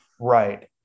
Right